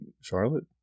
Charlotte